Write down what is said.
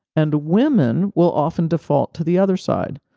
and women will often default to the other side.